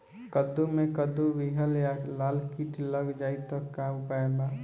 कद्दू मे कद्दू विहल या लाल कीट लग जाइ त का उपाय बा?